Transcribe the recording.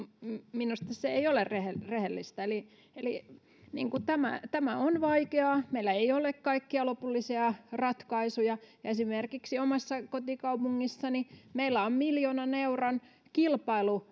minusta se ei ole rehellistä rehellistä eli eli tämä tämä on vaikeaa meillä ei ole kaikkia lopullisia ratkaisuja ja esimerkiksi omassa kotikaupungissani meillä on miljoonan euron kilpailu